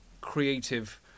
creative